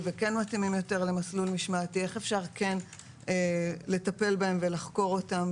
וכן מתאימים יותר למסלול משמעתי איך אפשר כן לטפל בהם ולחקור אותם?